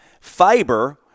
Fiber